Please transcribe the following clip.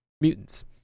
mutants